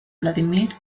vladímir